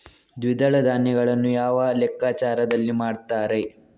ದ್ವಿದಳ ಧಾನ್ಯಗಳನ್ನು ಯಾವ ಲೆಕ್ಕಾಚಾರದಲ್ಲಿ ಮಾರ್ತಾರೆ?